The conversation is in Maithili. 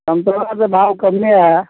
समतोलाके भाव कमे हइ